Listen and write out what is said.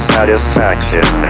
Satisfaction